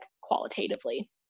qualitatively